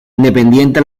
independiente